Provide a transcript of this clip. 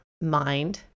mind